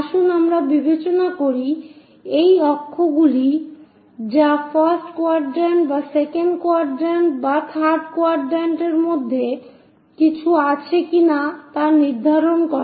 আসুন আমরা বিবেচনা করি এই অক্ষগুলি যা ফার্স্ট কোয়াড্রান্ট বা সেকেন্ড কোয়াড্রান্ট বা থার্ড কোয়াড্রান্ট এর মধ্যে কিছু আছে কিনা তা নির্ধারণ করে